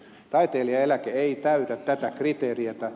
taiteilijaeläke ei täytä tätä kriteeriä